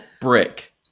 Brick